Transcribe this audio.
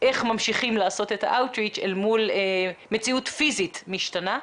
איך ממשיכים לעשות את ה-out reach אל מול מציאות פיזית משתנה.